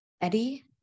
Eddie